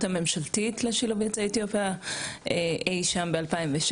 הממשלתית לשילוב יוצאי אתיופיה אי שם ב-2016.